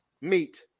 meet